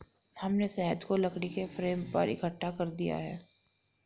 हमने शहद को लकड़ी के फ्रेम पर इकट्ठा कर दिया है